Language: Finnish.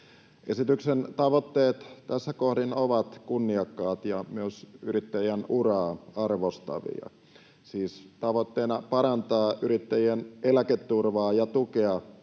Esityksen tavoitteet tässä kohdin ovat kunniakkaat ja myös yrittäjien uraa arvostavia: tavoitteena on siis parantaa yrittäjien eläketurvaa ja tukea